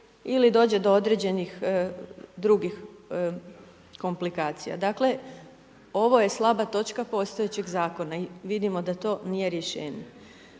ili dođe do određenih drugih komplikacija. Dakle, ovo je slaba točka postojećeg zakona i vidimo da to nije rješenje.